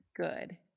good